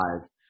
five